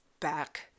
back